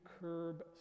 curb